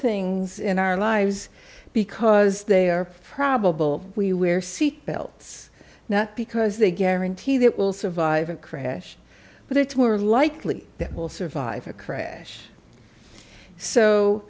things in our lives because they are probable we wear seat belts not because they guarantee that will survive a crash but it's more likely that we'll survive a crash so